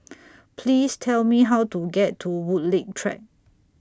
Please Tell Me How to get to Woodleigh Track